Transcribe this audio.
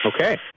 Okay